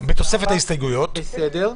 זה בסדר.